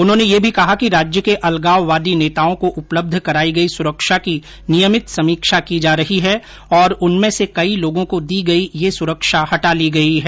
उन्होंने यह भी कहा कि राज्य के अलगाववादी नेताओं को उपलब्ध कराई गई सुरक्षा की नियमित समीक्षा की जा रही है और उनमें से कई लोगों को दी गई यह सुरक्षा हटा ली गई है